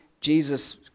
Jesus